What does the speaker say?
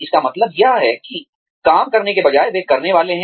इसका मतलब यह है कि काम करने के बजाय वे करने वाले हैं